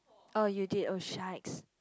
oh you did oh shikes